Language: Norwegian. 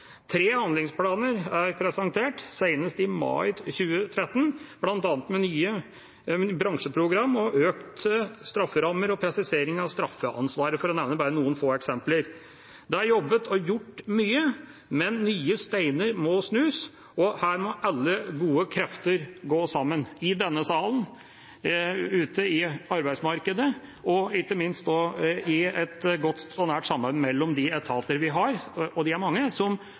Tre handlingsplaner er presentert, senest i mai 2013, bl.a. med nye bransjeprogram og økte strafferammer og presiseringer av straffeansvaret, for å nevne bare noen få eksempler. Det er jobbet og gjort mye, men nye steiner må snus. Her må alle gode krefter gå sammen – i denne salen, ute i arbeidsmarkedet og ikke minst også i et godt og nært samarbeid mellom de etatene vi har, og de er mange som